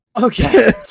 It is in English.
Okay